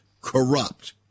corrupt